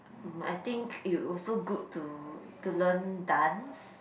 mm I think it would also good to to learn dance